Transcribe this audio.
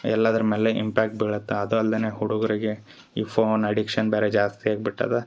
ಎಲ್ಲಾದ್ರ ಮೇಲೆ ಇಂಪ್ಯಾಕ್ಟ್ ಬೀಳತ್ತೆ ಅದು ಅಲ್ದೇನೆ ಹುಡುಗರಿಗೆ ಈ ಫೋನ್ ಅಡಿಕ್ಷನ್ ಬೇರೆ ಜಾಸ್ತಿಯಾಗಿ ಬಿಟ್ಟದ